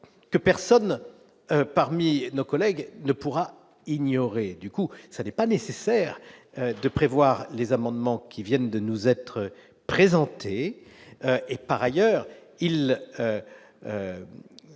que personne parmi nos collègues ne pourra ignorer, du coup, ça n'est pas nécessaire de prévoir les amendements qui viennent de nous être présentées et par ailleurs il